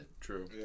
true